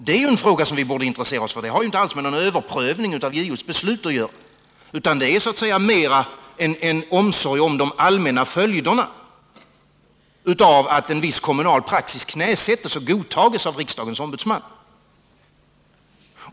Det är frågor som vi borde intressera oss för, och det har inte alls med någon överprövning av JO:s beslut att göra, utan här är det mera fråga om en omsorg om de allmänna följderna av att en viss kommunal praxis knäsätts och godtas av riksdagens ombudsman.